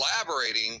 collaborating